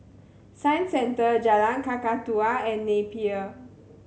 Science Centre Jalan Kakatua and Napier